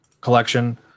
collection